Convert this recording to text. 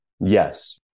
Yes